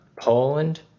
Poland